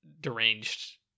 deranged